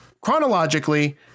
Chronologically